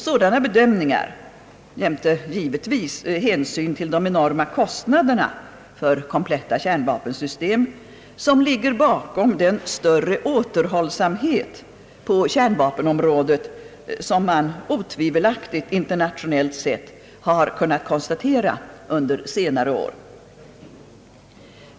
Dylika bedömningar, jämte givetvis hänsyn till de enorma kostnaderna för kompletta kärnvapensystem, ligger bakom den större återhållsamhet på kärnvapenområdet som man otvivelaktigt internationellt sett har kunnat konstatera under senare år.